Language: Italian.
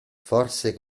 forse